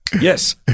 Yes